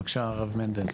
בבקשה הרב מענדל.